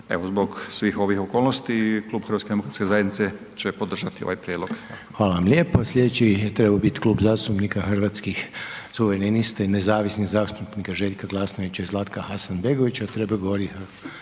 Evo zbog svih ovih okolnosti klub HDZ-a će podržati ovaj prijedlog. **Reiner, Željko (HDZ)** Hvala vam lijepo. Sljedeći bi trebao biti Klub zastupnika Hrvatskih suverenista i nezavisnih zastupnika Željka Glasnovića i Zlatka Hasanbegovića, trebao je govoriti